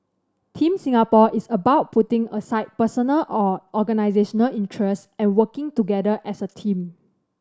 Team Singapore is about putting aside personal or organisational interest and working together as a team